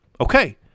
Okay